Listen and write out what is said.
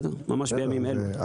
ממש בימים אלו.